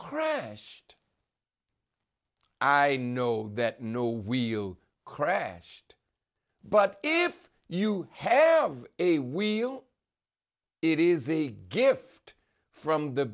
crashed i know that no we'll crashed but if you have a wheel it is a gift from the